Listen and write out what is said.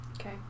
Okay